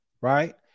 right